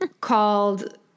called